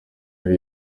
ari